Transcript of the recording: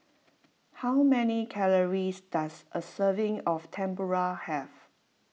how many calories does a serving of Tempura have